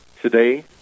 today